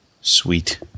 Sweet